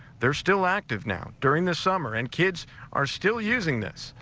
they're still active now during the summer and kids are still using this?